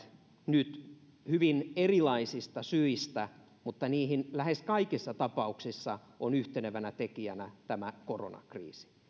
nyt hyvin erilaisista syistä mutta niihin lähes kaikissa tapauksissa on yhtenevänä tekijänä tämä koronakriisi